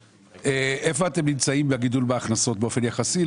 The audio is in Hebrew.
איפה אתם נמצאים בגידול בהכנסות באופן יחסי?